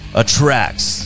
attracts